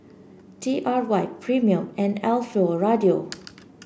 T Y R Premier and Alfio Raldo